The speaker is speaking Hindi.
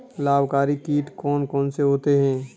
लाभकारी कीट कौन कौन से होते हैं?